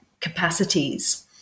capacities